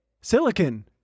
Silicon